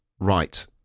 right